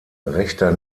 rechter